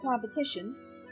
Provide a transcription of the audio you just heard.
competition